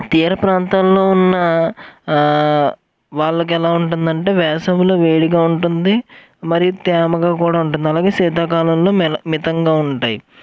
తీరప్రాంతాల్లో ఉన్న వాళ్ళకెలా ఉంటుందంటే వేసవిలో వేడిగా ఉంటుంది మరి తేమగా కూడా ఉంటుంది అలాగే శీతాకాలంలో మిల మితంగా ఉంటాయి